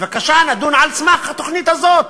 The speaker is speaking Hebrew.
בבקשה, נדון על סמך התוכנית הזאת,